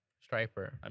Striper